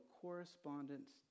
correspondence